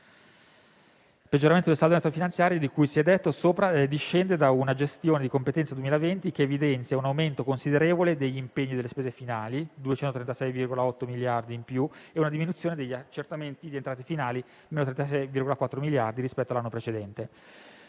Il peggioramento del saldo netto da finanziare - di cui si è detto sopra - discende da una gestione di competenza 2020 che evidenzia un aumento considerevole degli impegni delle spese finali, pari a 236,8 miliardi di euro in più, e una diminuzione degli accertamenti di entrate finali, pari a -36,4 miliardi di euro rispetto all'anno precedente.